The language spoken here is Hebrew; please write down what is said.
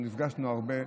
אנחנו נפגשנו הרבה,